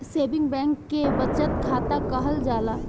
saving bank के बचत खाता कहल जाला